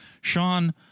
Sean